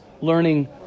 learning